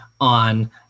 on